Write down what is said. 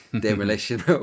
Demolition